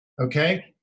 Okay